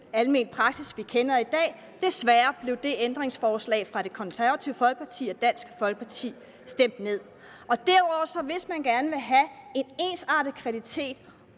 almene praksis, vi kender i dag. Desværre blev det ændringsforslag fra Det Konservative Folkeparti og Dansk Folkeparti stemt ned. Hvis man gerne vil have en ensartet kvalitet